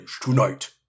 tonight